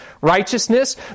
righteousness